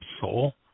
soul